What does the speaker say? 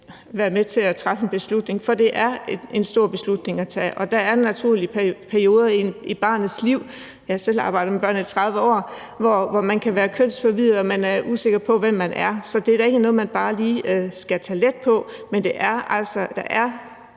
være med til at træffe en beslutning. For det er en stor beslutning at tage. Og der er naturlige perioder i barnets liv – jeg har selv arbejdet med børn i 30 år – hvor man kan være kønsforvirret og usikker på, hvad man er. Så det er da ikke noget, man bare lige skal tage let på. Men der er altså en